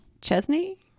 Chesney